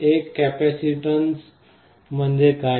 एक कॅपेसिटन्स म्हणजे काय